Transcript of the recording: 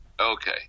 okay